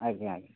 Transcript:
ଆଜ୍ଞା ଆଜ୍ଞା